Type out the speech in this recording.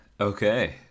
Okay